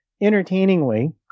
Entertainingly